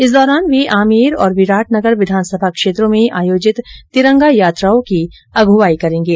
इस दौरान वे आमेर और विराटनगर विधानसभा क्षेत्रों में आयोजित तिरंगा यात्रा की अगुवाई करेंगे